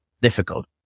difficult